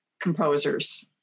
composers